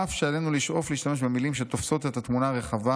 אף שעלינו לשאוף להשתמש במילים שתופסות את התמונה הרחבה.